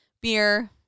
beer